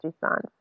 response